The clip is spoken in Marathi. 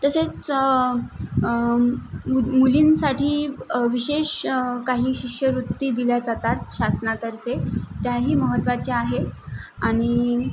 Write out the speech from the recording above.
तसेच मु मुलींसाठी विशेष काही शिष्यवृत्ती दिल्या जातात शासनातर्फे त्याही महत्त्वाच्या आहेत आणि